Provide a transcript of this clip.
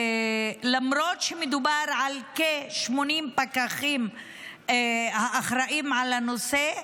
למרות שמדובר על כ-80 פקחים שאחראים על הנושא,